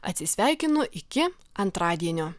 atsisveikinu iki antradienio